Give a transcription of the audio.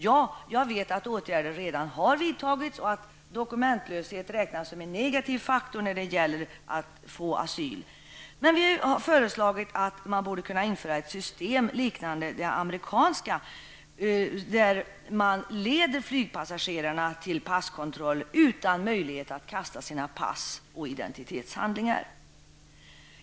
Jag vet att åtgärder redan har vidtagits och att dokumentlöshet räknas som en negativ faktor när det gäller att få asyl. Vi har föreslagit att man borde kunna införa ett system liknande det amerikanska, där man leder flygpassagerarna till passkontrollen utan möjligheter för dem att kasta sina pass och identitetshandlingar.